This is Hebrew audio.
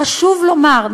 חשוב לומר,